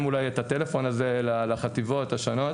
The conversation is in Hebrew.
אולי את הטלפון הזה החטיבות השונות.